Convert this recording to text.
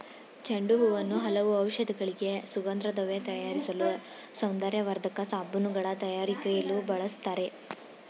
ಚೆಂಡು ಹೂವನ್ನು ಹಲವು ಔಷಧಿಗಳಿಗೆ, ಸುಗಂಧದ್ರವ್ಯ ತಯಾರಿಸಲು, ಸೌಂದರ್ಯವರ್ಧಕ ಸಾಬೂನುಗಳ ತಯಾರಿಕೆಯಲ್ಲಿಯೂ ಬಳ್ಸತ್ತರೆ